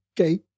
Okay